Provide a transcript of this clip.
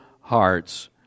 hearts